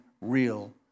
real